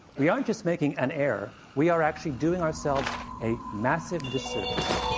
we aren't just making an error we are actually doing ourselves a massive disservice.